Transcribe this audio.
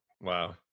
Wow